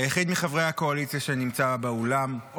היחיד מחברי הקואליציה שנמצא באולם.